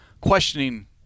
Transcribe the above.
questioning